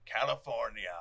California